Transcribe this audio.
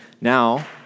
now